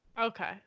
Okay